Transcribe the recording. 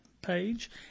Page